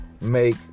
make